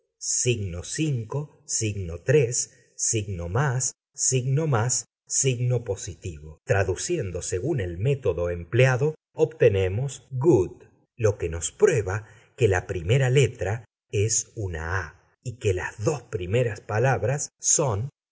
el volviendo ahora al principio del jeroglífico encontramos la combinación traduciendo según el método empleado obtenemos good lo que nos prueba que la primera letra es una a y que las dos primeras palabras son